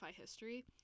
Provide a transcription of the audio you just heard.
history